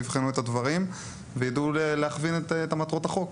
יבחנו את הדברים וידעו להכווין את מטרות החוק.